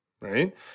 right